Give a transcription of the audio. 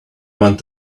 want